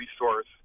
resource